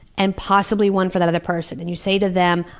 and possibly one for that other person, and you say to them,